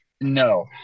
No